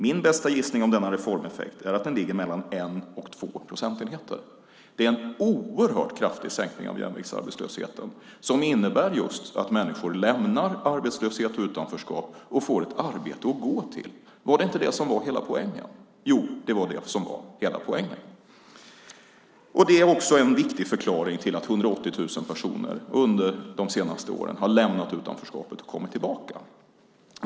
Min bästa gissning om denna reformeffekt är att den ligger mellan en och två procentenheter." Det är en oerhört kraftig sänkning av jämviktsarbetslösheten, som innebär just att människor lämnar arbetslöshet och utanförskap och får ett arbete att gå till. Var det inte det som var hela poängen? Jo, det var det som var hela poängen. Det är också en viktig förklaring till att 180 000 personer under de senaste åren har lämnat utanförskapet och kommit tillbaka.